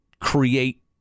create